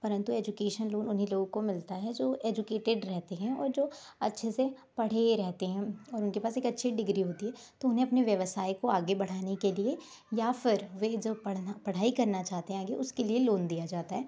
परंतु education loan उन्हीं को मिलता है जो एजुकेटेड रहते हैं और जो अच्छे से पढ़े रहते हैं और उनके पास एक अच्छी डिग्री होती है तो उन्हें अपने व्यवसाय को आगे बढ़ाने के लिए या फिर वे जब पढ़ना पढ़ाई करना चाहते हैं उसके लिए लोन दिया जाता है